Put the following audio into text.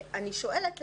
אני שואלת,